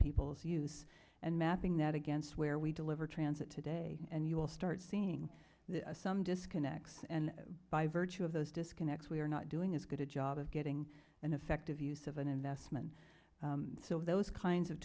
people's use and mapping that against where we deliver transit today and you will start seeing some disconnects and by virtue of those disconnects we are not doing as good a job of getting an effective use of an investment so those kinds of